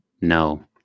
No